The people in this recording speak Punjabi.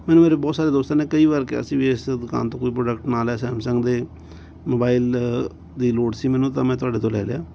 ਮੈਨੂੰ ਮੇਰੇ ਬਹੁਤ ਸਾਰੇ ਦੋਸਤਾਂ ਨੇ ਕਈ ਵਾਰ ਕਿਹਾ ਸੀ ਵੀ ਇਸ ਦੁਕਾਨ ਤੋਂ ਕੋਈ ਪ੍ਰੋਡਕਟ ਨਾ ਲੈ ਸੈਮਸੰਗ ਦੇ ਮੋਬਾਈਲ ਦੀ ਲੋੜ ਸੀ ਮੈਨੂੰ ਤਾਂ ਮੈਂ ਤੁਹਾਡੇ ਤੋਂ ਲੈ ਲਿਆ